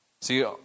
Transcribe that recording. See